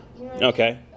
okay